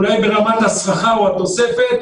אולי ברמת השכר או התוספת,